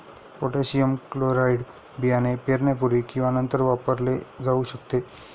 potassium chloride बियाणे पेरण्यापूर्वी किंवा नंतर वापरले जाऊ शकते